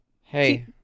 Hey